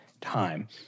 time